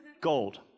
gold